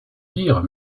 dire